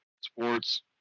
sports